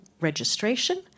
registration